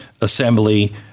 assembly